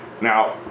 Now